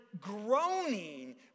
groaning